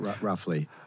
roughly